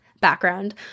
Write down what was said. background